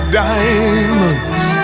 diamonds